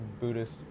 Buddhist